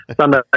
sunday